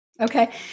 Okay